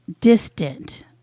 distant